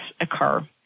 occur